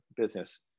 business